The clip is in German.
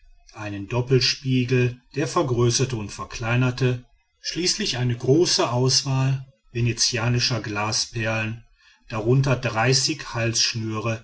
einen doppelspiegel der vergrößerte und verkleinerte schließlich eine große auswahl venezianischer glasperlen darunter dreißig halsschnüre